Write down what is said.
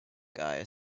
guys